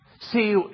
See